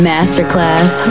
Masterclass